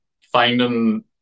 finding